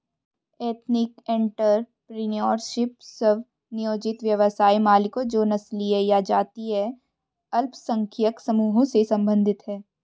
ethnic entrepreneurship, स्व नियोजित व्यवसाय मालिकों जो नस्लीय या जातीय अल्पसंख्यक समूहों से संबंधित हैं